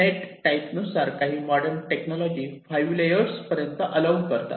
net type नुसार काही modern technology 5 layers पर्यंत ऑलॉव करतात